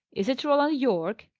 is it roland yorke?